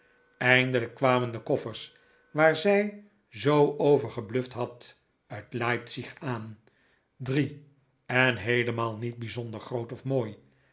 eindelijk kwamen de koffers waar zij zoo over gebluft had uit leipzig aan drie en heelemaal niet bijzonder groot of mooi